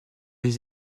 les